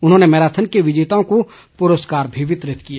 उन्होंने मैराथन के विजेताओं को पुरस्कार भी वितरित किए